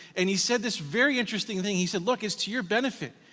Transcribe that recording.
and he said this very interesting thing, he said, look, it's to your benefit.